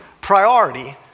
priority